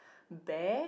bag